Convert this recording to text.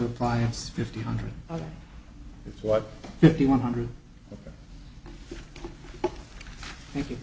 appliance fifty hundred it's what fifty one hundred